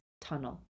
tunnel